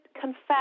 confess